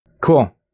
Cool